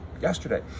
yesterday